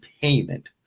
payment